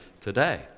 today